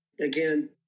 again